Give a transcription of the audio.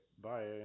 Bye